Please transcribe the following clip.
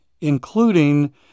including